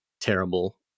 terrible